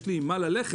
יש לי עם מה ללכת,